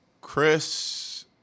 Chris